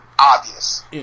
obvious